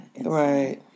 Right